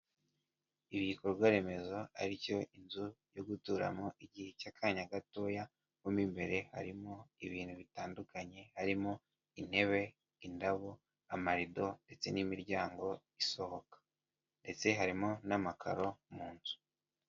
Ibikorwaremezo aricyo inzu yo guturamo igihe cy'akanya gatoya, mo mu imbere harimo ibintu bitandukanye harimo intebe, indabo, amarido ndetse n'imiryango isohoka ndetse harimo n'amakaro mu nzu.